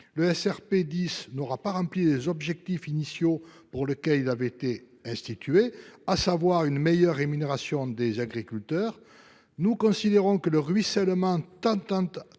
Le SRP+10 n'aura pas atteint les objectifs initiaux pour lesquels il a été institué, à savoir une meilleure rémunération des agriculteurs. Nous considérons que le ruissellement tant